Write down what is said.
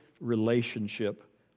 relationship